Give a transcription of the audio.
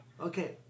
Okay